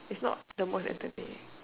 it's not the most entertaining